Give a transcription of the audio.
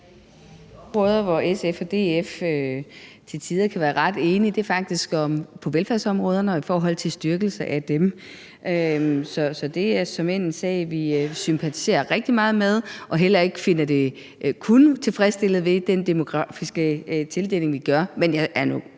områder, hvor SF og DF til tider kan være ret enige, er faktisk velfærdsområdet og i forhold til en styrkelse af det. Så det er såmænd en sag, vi sympatiserer rigtig meget med, og vi finder den heller ikke løst alene med den demografiske tildeling, vi foretager. Men jeg er nu